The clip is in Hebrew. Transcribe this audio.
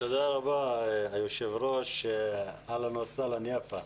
תודה רבה, היושב ראש, אהלן וסהלן, יפה.